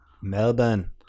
Melbourne